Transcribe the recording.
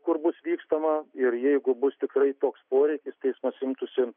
kur bus vykstama ir jeigu bus tikrai toks poreikis teismas imtųsi